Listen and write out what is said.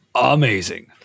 Amazing